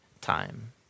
time